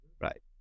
right